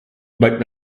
but